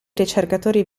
ricercatori